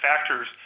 factors